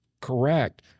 correct